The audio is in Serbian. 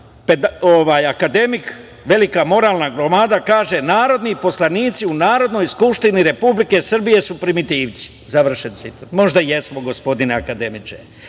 akademik, velika moralna gromada kaže – narodni poslanici u Narodnoj skupštini Republike Srbije su primitivci, završen citat. Možda jesmo, gospodine akademiče.